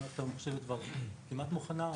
המערכת הממוחשבת כבר כמעט מוכנה.